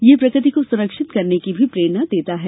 यह प्रकृति को संरक्षित करने की भी प्रेरणा देता है